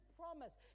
promise